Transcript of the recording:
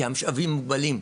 כי המשאבים מוגבלים.